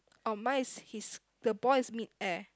oh mine is he's the boy is mid air